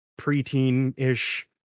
preteen-ish